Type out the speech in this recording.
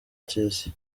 tricia